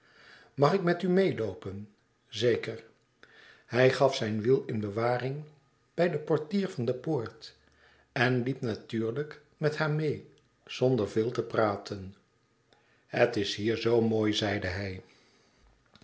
mag ik wat met u meêloopen zeker hij gaf zijn wiel in bewaring bij den portier aan de poort en liep natuurlijk met haar meê zonder veel te praten het is hier zoo mooi zeide hij